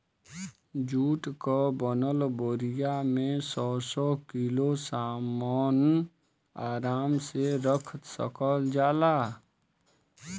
जुट क बनल बोरिया में सौ सौ किलो सामन आराम से रख सकल जाला